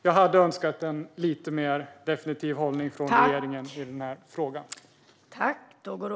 Jag hade önskat en lite mer definitiv hållning från regeringen i den här frågan.